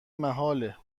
محاله